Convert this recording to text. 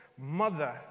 mother